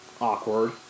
Awkward